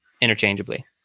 interchangeably